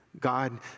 God